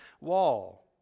wall